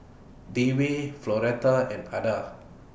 Dewey Floretta and Adda